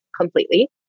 completely